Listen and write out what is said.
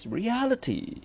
reality